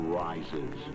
rises